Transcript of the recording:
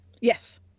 yes